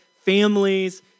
families